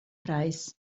preis